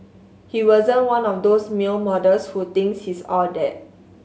he wasn't one of those male models who thinks he's all that